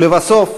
ולבסוף,